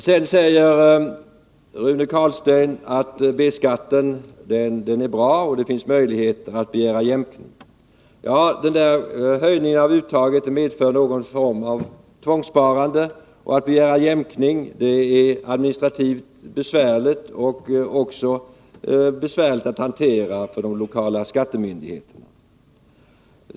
Vidare säger Rune Carlstein att B-skatten är bra och att det finns möjligheter att begära jämkning. Men höjningen av uttaget medför någon form av tvångssparande, och att begära jämkning är administrativt besvärligt; det är också krångligt att hantera för de lokala skattemyndigheterna.